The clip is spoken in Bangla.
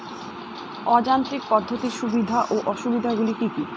অযান্ত্রিক পদ্ধতির সুবিধা ও অসুবিধা গুলি কি কি?